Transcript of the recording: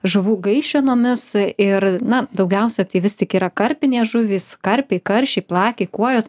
žuvų gaišenomis ir na daugiausia tai vis tik yra karpinės žuvys karpiai karšiai plakiai kuojos